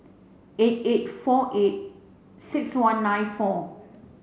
eight eight four eight six one nine four